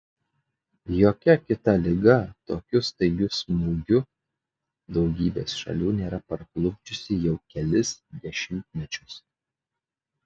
jokia kita liga tokiu staigiu smūgiu daugybės šalių nėra parklupdžiusi jau kelis dešimtmečius